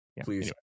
please